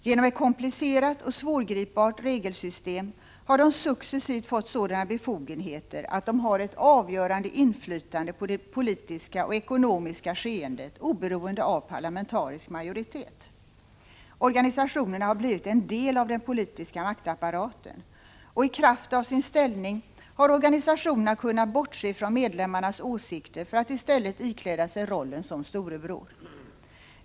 Genom ett komplicerat och svårgripbart regelsystem har de successivt fått sådana befogenheter att de har ett avgörande inflytande på det politiska och ekonomiska skeendet oberoende av parlamentarisk majoritet. Organisationerna har blivit en del av den politiska maktapparaten, och i kraft av sin ställning har oganisationerna kunnat bortse från medlemmarnas åsikter för att i stället ikläda sig rollen som ”storebror”.